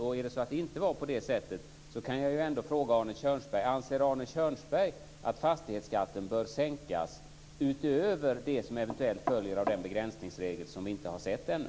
Om det inte var på det sättet kan jag ändå fråga Arne Kjörnsberg: Anser Arne Kjörnsberg att fastighetsskatten bör sänkas utöver det som eventuellt följer av den begränsningsregel som vi inte har sett ännu?